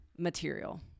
material